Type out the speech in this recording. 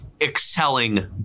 excelling